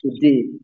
today